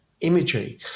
imagery